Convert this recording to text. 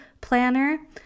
planner